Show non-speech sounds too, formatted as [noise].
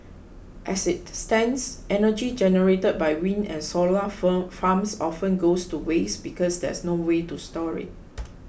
as it stands energy generated by wind and solar [unintelligible] farms often goes to waste because there's noway to store it